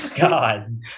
God